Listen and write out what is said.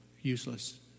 useless